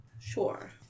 Sure